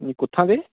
कुत्थां दे